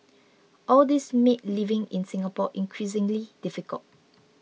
all these made living in Singapore increasingly difficult